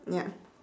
ya